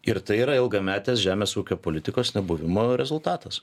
ir tai yra ilgametės žemės ūkio politikos nebuvimo rezultatas